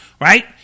right